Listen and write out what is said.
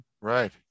Right